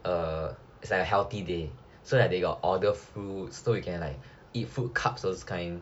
err it's like a healthy day so like they got order fruits so you can like eat fruit cups those kind